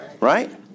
Right